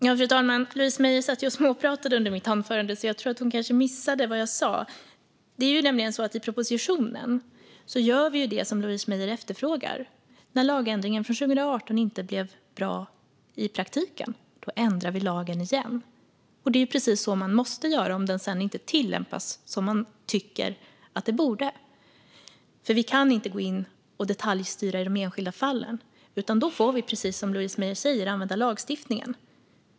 Fru talman! Louise Meijer satt och småpratade under mitt anförande, så jag tror att hon kanske missade vad jag sa. Det är nämligen så att i propositionen gör vi det som Louise Meijer efterfrågar. När lagändringen från 2018 inte blev bra i praktiken ändrar vi lagen igen. Det är precis så man måste göra om den inte tillämpas som man tycker att den borde. Vi kan inte gå in och detaljstyra i de enskilda fallen, utan då får vi precis som Louise Meijer säger använda lagstiftningen.